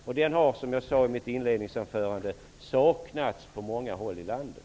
Den kraften har, som jag sade i mitt inledningsanförande, saknats på många håll i landet.